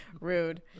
Rude